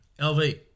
LV